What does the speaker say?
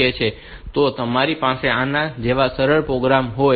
તો તમારી પાસે આના જેવો સરળ પ્રોગ્રામ હોય છે